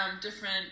different